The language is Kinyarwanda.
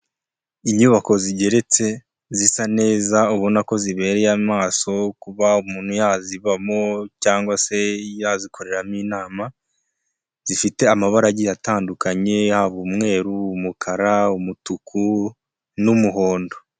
Inyubako zigeretse zisa neza, ubona ko zibereye amaso kuba umuntu yazibamo cyangwa se yazikoreramo inama, zifite amabarab agiye atandukanye, yaba umweru, umukara, umutuku n'umuhondo.